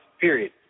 period